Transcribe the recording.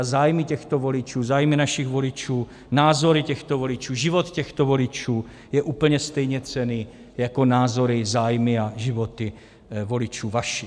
A zájmy těchto voličů, zájmy našich voličů, názory těchto voličů, život těchto voličů je úplně stejně cenný jako názory, zájmy a životy voličů vašich.